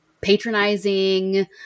patronizing